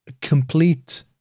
complete